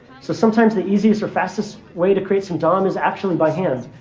so sometimes the easiest or fastest way to create some dom is actually by hand.